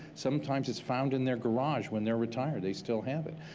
sometimes it's found in their garage when they're retired. they still have it.